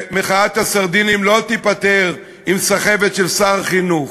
מחאת הסרדינים לא תיפתר עם סחבת של שר החינוך.